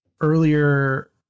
earlier